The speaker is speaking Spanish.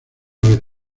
vez